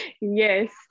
Yes